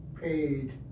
paid